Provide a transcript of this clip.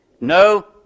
no